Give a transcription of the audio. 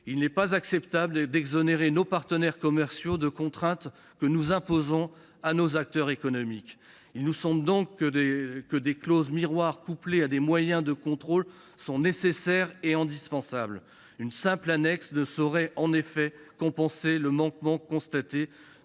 Il n’est pas acceptable d’exonérer nos partenaires commerciaux de contraintes que nous imposons à nos acteurs économiques. Il nous semble donc que des clauses miroirs couplées à des moyens de contrôle sont nécessaires. Une simple annexe ne saurait en effet compenser le manquement constaté